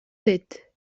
têtes